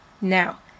Now